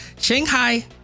Shanghai